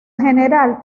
general